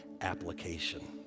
application